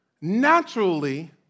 naturally